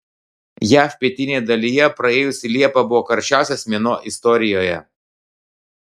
jav pietinėje dalyje praėjusi liepa buvo karščiausias mėnuo istorijoje